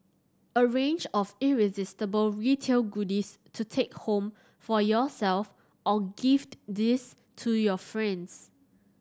a range of irresistible retail goodies to take home for yourself or gift these to your friends